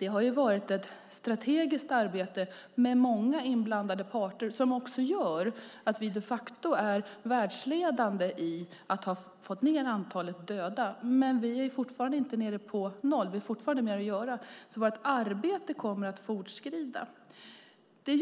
har varit ett strategiskt arbete med många inblandade parter. Det gör att vi de facto är världsledande i att ha fått ned antalet döda, men vi är fortfarande inte nere på noll. Det finns mer att göra. Vårt arbete kommer därför att fortsätta.